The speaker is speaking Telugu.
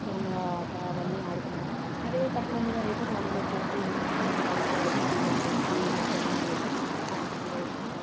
దొంగ ఆట అవన్నీ ఆడుకునేవాళ్ళం అదే పట్నంలో అయితే మార్నింగ్ వచ్చేసి మార్నింగ్ అంత కింద లేచి మధ్యాహ్నం లే సాయంత్రం లేచి